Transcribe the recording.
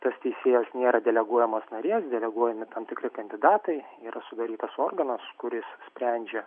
tas teisėjas nėra deleguojamas narės deleguojami tam tikri kandidatai yra sudarytas organas kuris sprendžia